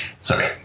Sorry